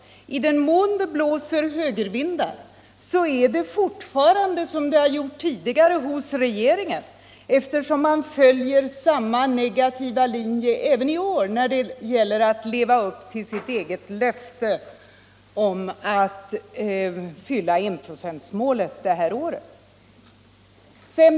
I den mån det blåser högervindar så är det fortfarande i dénna fråga hos regeringen, eftersom man följer samma negativa linje även i år när det gäller att leva upp till sitt eget löfte att uppfylla enprocentsmålet det här året.